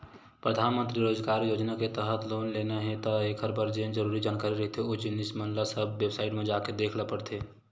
परधानमंतरी रोजगार योजना के तहत लोन लेना हे त एखर बर जेन जरुरी जानकारी रहिथे ओ जिनिस मन ल सब बेबसाईट म जाके देख ल परथे